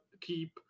keep